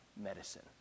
medicine